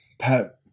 Pat